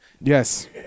Yes